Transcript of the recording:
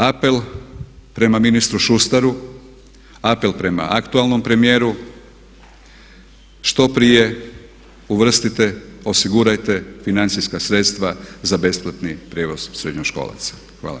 Apel prema ministru Šustaru, apel prema aktualnom premijeru što prije uvrstite, osigurajte financijska sredstva za besplatni prijevoz srednjoškolaca.